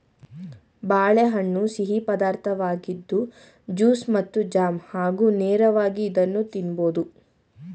ಬಾಳೆಹಣ್ಣು ಸಿಹಿ ಪದಾರ್ಥವಾಗಿದ್ದು ಜ್ಯೂಸ್ ಮತ್ತು ಜಾಮ್ ಹಾಗೂ ನೇರವಾಗಿ ಇದನ್ನು ತಿನ್ನಬೋದು